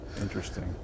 Interesting